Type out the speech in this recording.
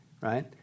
right